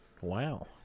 Wow